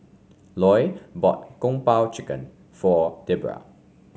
Loy bought Kung Po Chicken for Debra